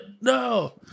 No